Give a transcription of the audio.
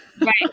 Right